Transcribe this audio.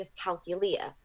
dyscalculia